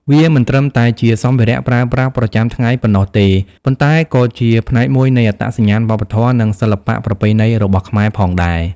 វាមិនត្រឹមតែជាសម្ភារៈប្រើប្រាស់ប្រចាំថ្ងៃប៉ុណ្ណោះទេ ប៉ុន្តែក៏ជាផ្នែកមួយនៃអត្តសញ្ញាណវប្បធម៌ និងសិល្បៈប្រពៃណីរបស់ខ្មែរផងដែរ។